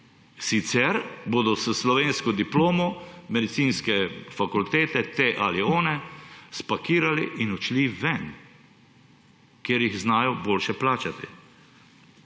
sicer bodo s slovensko diplomo Medicinske fakultete, te ali one, spakirali in odšli ven, ker jih znajo boljše plačati.